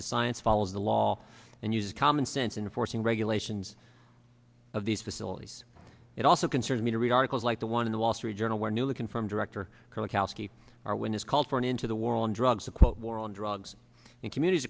the science follow the law and use common sense in forcing regulations of these facilities it also concerns me to read articles like the one in the wall street journal where newly confirmed director kerlikowske arwin has called for an into the war on drugs a quote war on drugs in communities